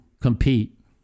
compete